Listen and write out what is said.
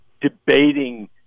debating